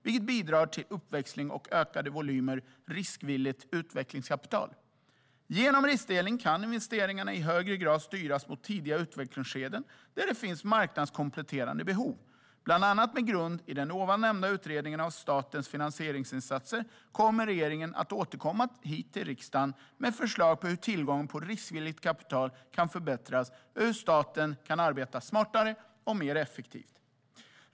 Vi bidrar till uppväxling och ökade volymer av riskvilligt utvecklingskapital. Genom vinstdelning kan investeringarna i högre grad styras mot tidigare utvecklingsskeden där det finns marknadskompletterande behov. Bland annat med den tidigare nämnda utredningen av statens finansieringsinsatser som grund kommer regeringen att återkomma till riksdagen med förslag till hur tillgång på riskvilligt kapital kan förbättras samt hur staten kan arbeta smartare och mer effektivt.